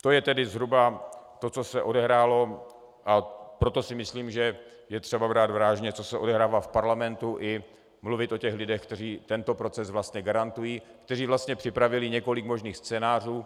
To je tedy zhruba to, co se odehrálo, a proto si myslím, že je třeba brát vážně to, co se odehrává v parlamentu, i mluvit o těch lidech, kteří tento proces vlastně garantují, kteří vlastně připravili několik možných scénářů.